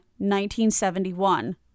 1971